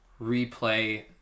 replay